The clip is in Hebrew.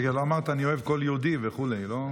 רגע, לא אמרת: אני אוהב כל יהודי וכו', לא?